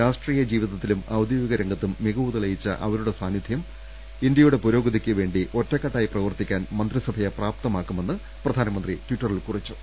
രാഷ്ട്രീയ ജീവിതത്തിലും ഔദ്യോഗിക രംഗത്തും മികവ് തെളിയിച്ച അവരുടെ സാന്നിധൃം ഇന്ത്യയുടെ പുരോഗതിക്ക് വേണ്ടി ഒറ്റക്കെ ട്ടായി പ്രവർത്തിക്കാൻ മന്ത്രിസഭയെ പ്രാപ്തമാക്കുമെന്ന് പ്രധാനമന്ത്രി ട്വിറ്റ റിൽ കുറിച്ചു